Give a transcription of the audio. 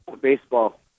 baseball